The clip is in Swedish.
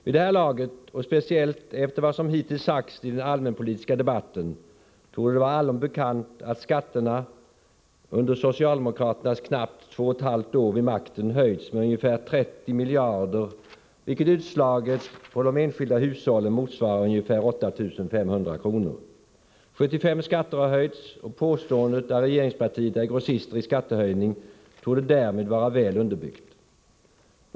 Vid det här laget, och speciellt efter vad som hittills sagts i den allmänpolitiska debatten, torde det vara allom bekant att skatterna under socialdemokraternas knappt två och ett halvt år vid makten höjts med ungefär 30 miljarder, vilket utslaget på de enskilda hushållen motsvarar ungefär 8 500 kr. 75 skatter har höjts, och påståendet att regeringspartiet är grossist i skattehöjning torde därmed vara väl underbyggt.